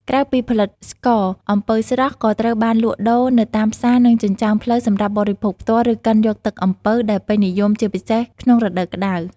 ក្រៅពីផលិតស្ករ អំពៅស្រស់ ក៏ត្រូវបានលក់ដូរនៅតាមផ្សារ និងចិញ្ចើមផ្លូវសម្រាប់បរិភោគផ្ទាល់ ឬកិនយកទឹកអំពៅ ដែលពេញនិយមជាពិសេសក្នុងរដូវក្តៅ។